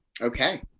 Okay